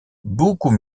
beaucoup